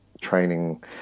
training